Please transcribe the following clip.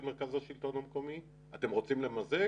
מרכז השלטון המקומי אתם רוצים למזג,